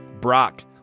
Brock